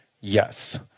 Yes